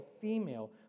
female